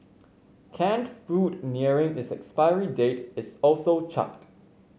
canned food nearing its expiry date is also chucked